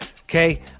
okay